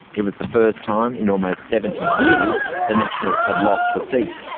it was the first time in almost seventy years the nationals had lost the seat.